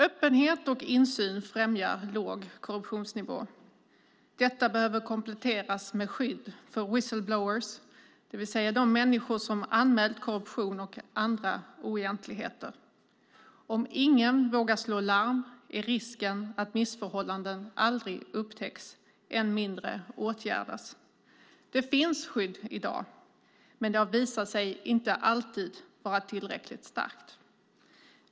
Öppenhet och insyn främjar låg korruptionsnivå. Detta behöver kompletteras med skydd för whistle-blowers, det vill säga de människor som anmäler korruption och andra oegentligheter. Om ingen vågar slå larm finns risken att missförhållanden aldrig upptäcks, än mindre åtgärdas. Det finns skydd i dag, men det har inte alltid visat sig vara tillräckligt starkt.